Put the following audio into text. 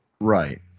Right